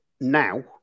now